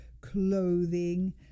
clothing